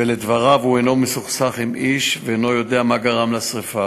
ולדבריו הוא אינו מסוכסך עם איש ואינו יודע מה גרם לשרפה.